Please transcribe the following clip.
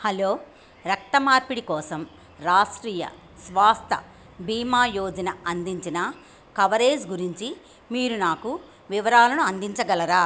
hello రక్త మార్పిడి కోసం రాష్ట్రీయ స్వాస్థ భీమా యోజన అందించిన కవరేజ్ గురించి మీరు నాకు వివరాలను అందించగలరా